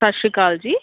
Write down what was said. ਸਤਿ ਸ਼੍ਰੀ ਅਕਾਲ ਜੀ